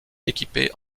équipé